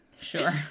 sure